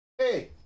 Hey